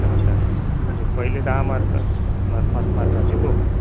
अच्छा म्हणजे पहिले दहा मार्क पाच मार पाच मार्काचे दोन